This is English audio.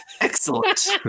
Excellent